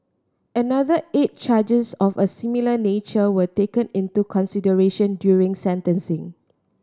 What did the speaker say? another eight charges of a similar nature were taken into consideration during sentencing